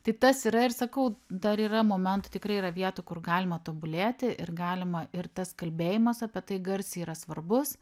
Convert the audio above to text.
tai tas yra ir sakau dar yra momentų tikrai yra vietų kur galima tobulėti ir galima ir tas kalbėjimas apie tai garsiai yra svarbus